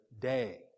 day